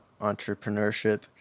entrepreneurship